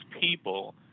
people